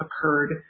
occurred